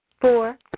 Four